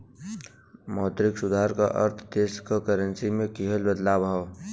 मौद्रिक सुधार क अर्थ देश क करेंसी में किहल बदलाव हौ